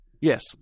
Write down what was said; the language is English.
Yes